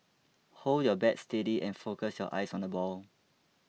hold your bat steady and focus your eyes on the ball